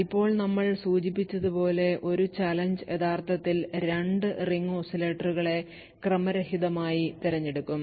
ഇപ്പോൾ നമ്മൾ സൂചിപ്പിച്ചതുപോലെ ഒരു challenge യഥാർത്ഥത്തിൽ 2 റിംഗ് ഓസിലേറ്ററുകളെ ക്രമരഹിതമായി തിരഞ്ഞെടുക്കും